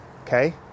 okay